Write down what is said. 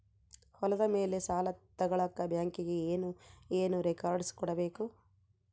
ಹೊಲದ ಮೇಲೆ ಸಾಲ ತಗಳಕ ಬ್ಯಾಂಕಿಗೆ ಏನು ಏನು ರೆಕಾರ್ಡ್ಸ್ ಕೊಡಬೇಕು?